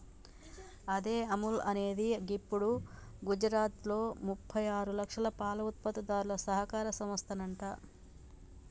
అదే అముల్ అనేది గిప్పుడు గుజరాత్లో ముప్పై ఆరు లక్షల పాల ఉత్పత్తిదారుల సహకార సంస్థనంట